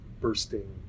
bursting